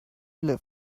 live